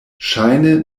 ŝajne